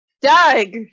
Doug